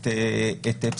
אנא, חשוב לנו לשמוע את הדברים.